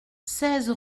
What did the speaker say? seize